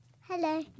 Hello